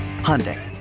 Hyundai